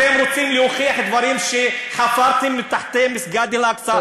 אתם רוצים להוכיח דברים שחפרתם מתחת למסגד אל-אקצא,